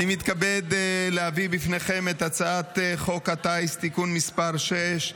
אני מתכבד להביא בפניכם את הצעת חוק הטיס (תיקון מס' 6),